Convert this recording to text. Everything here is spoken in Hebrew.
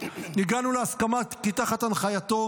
הגענו להסכמה כי תחת הנחייתו